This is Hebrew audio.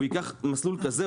הוא ייקח מסלול כזה,